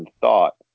thought